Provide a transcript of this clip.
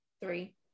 three